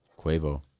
Quavo